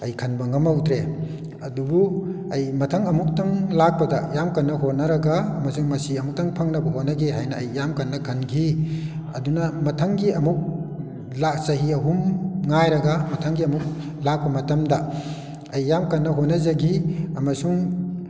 ꯑꯩ ꯈꯟꯕ ꯉꯝꯍꯧꯗ꯭ꯔꯦ ꯑꯗꯨꯕꯨ ꯑꯩ ꯃꯊꯪ ꯑꯃꯨꯛꯇꯪ ꯂꯥꯛꯄꯗ ꯌꯥꯝ ꯀꯟꯅ ꯍꯣꯠꯅꯔꯒ ꯑꯃꯁꯨꯡ ꯃꯁꯤ ꯑꯃꯨꯛꯇꯪ ꯐꯪꯅꯕ ꯍꯣꯠꯅꯒꯦ ꯍꯥꯏꯅ ꯑꯩ ꯌꯥꯝ ꯀꯟꯅ ꯈꯟꯈꯤ ꯑꯗꯨꯅ ꯃꯊꯪꯒꯤ ꯑꯃꯨꯛ ꯆꯍꯤ ꯑꯍꯨꯝ ꯉꯥꯏꯔꯒ ꯃꯊꯪꯒꯤ ꯑꯃꯨꯛ ꯂꯥꯛꯄ ꯃꯇꯝꯗ ꯑꯩ ꯌꯥꯝ ꯀꯟꯅ ꯍꯣꯠꯅꯖꯒꯤ ꯑꯃꯁꯨꯡ